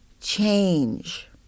change